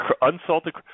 Unsalted –